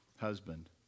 husband